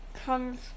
comes